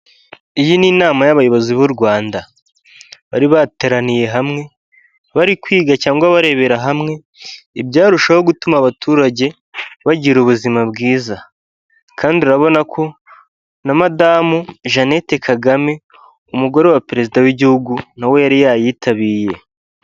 Iyi ni inama y'abayobozi b'u Rwanda, bari bateraniye hamwe, bari kwiga cyangwa barebera hamwe ibyarushaho gutuma abaturage bagira ubuzima bwiza, kandi urabona ko na madamu Jeannette Kagame, umugore wa perezida w'igihugu, na we yari yayitabiriye.